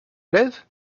lèves